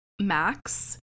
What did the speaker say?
Max